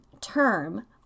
term